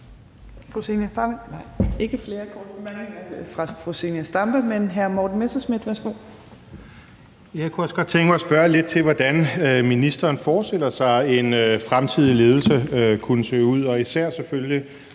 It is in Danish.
hvordan ministeren forestiller sig at en fremtidig ledelse kunne se ud, og især selvfølgelig